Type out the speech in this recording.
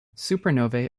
supernovae